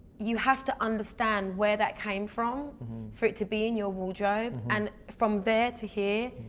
you have to understand where that came from for it to be in your wardrobe. and from there to here,